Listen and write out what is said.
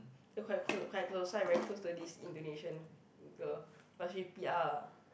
we're quite close quite close so I very close to this Indonesian girl but she p_r lah